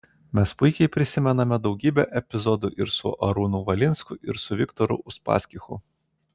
mes puikiai prisimename daugybę epizodų ir su arūnu valinsku ir su viktoru uspaskichu